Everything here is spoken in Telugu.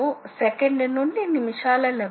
ఇది ఒక అక్షం వెంట కూడా కదల గలదు